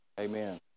Amen